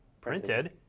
printed